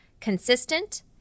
consistent